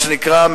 מה שנקרא,